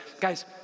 guys